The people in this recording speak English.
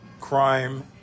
crime